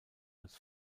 als